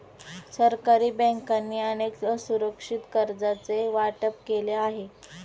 सरकारी बँकांनी अनेक असुरक्षित कर्जांचे वाटप केले आहे